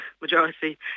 majority